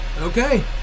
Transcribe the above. Okay